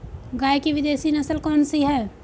गाय की विदेशी नस्ल कौन सी है?